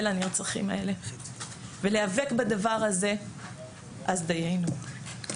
לנרצחים האלה ולהיאבק בדבר הזה אז דיינו.